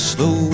Slow